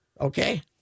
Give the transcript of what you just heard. Okay